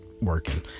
working